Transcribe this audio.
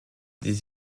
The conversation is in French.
des